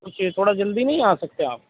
کچھ تھوڑا جلدی نہیں آ سکتے آپ